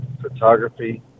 photography